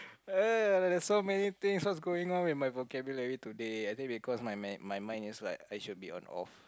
uh so many thing what's going on with my vocabulary today I think because my me~ my mind is like I should be on off